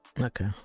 Okay